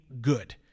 good